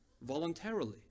voluntarily